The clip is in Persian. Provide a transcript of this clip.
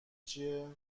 چیه